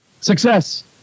Success